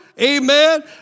Amen